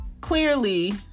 clearly